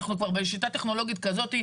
אנחנו כבר בשיטה טכנולוגית כזאת,